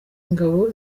ngabo